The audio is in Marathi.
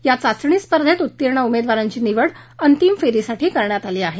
या चाचणी स्पर्धेत उत्तीर्ण उमेदवारांची निवड अंतिम फेरीसाठी करण्यात आली आहे